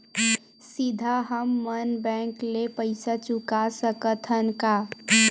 सीधा हम मन बैंक ले पईसा चुका सकत हन का?